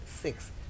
six